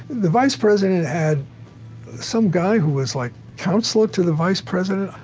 the vice president had some guy who was like counselor to the vice president,